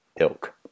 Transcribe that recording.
ilk